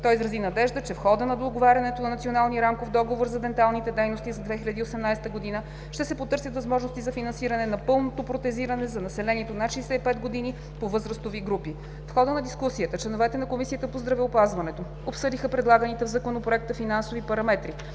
Той изрази надежда, че в хода на договарянето на Националния рамков договор за денталните дейности за 2018 г. ще се потърсят възможностите за финансиране на пълното протезиране за населението над 65 години по възрастови групи. В хода на дискусията членовете на Комисията по здравеопазването обсъдиха предлаганите в Законопроекта финансови параметри